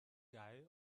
guy